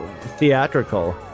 theatrical